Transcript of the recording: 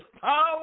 power